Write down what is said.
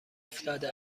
افتاده